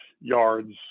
yards